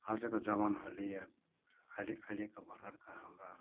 आजका जवानहरूले अहिले अहिलेको भर्खरका हाम्रा